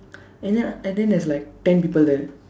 and then and then there's like ten people there